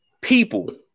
people